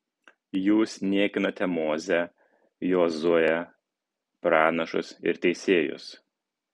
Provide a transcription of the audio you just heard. jūs niekinate mozę jozuę pranašus ir teisėjus